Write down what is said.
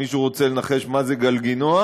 מישהו רוצה לנחש מה זה גלגינוע?